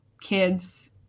kids